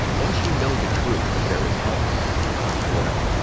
once you know the truth, that there is help for it,